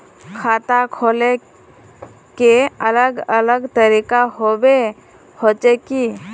खाता खोले के अलग अलग तरीका होबे होचे की?